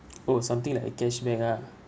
oh something like a cashback ah